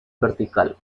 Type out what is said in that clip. vertical